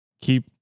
keep